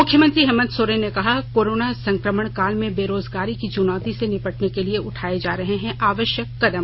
मुख्यमंत्री हेमंत सोरेन ने कहा कोरोना संकमण काल में बेरोजगारी की चुनौती से निपटने के लिए उठाये जा रहे है आवश्यक कदम